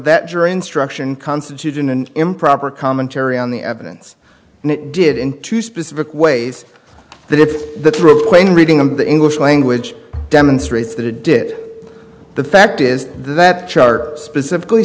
that jury instruction constitution an improper commentary on the evidence and it did in two specific ways that if the true plain reading of the english language demonstrates that it did the fact is that chart specifically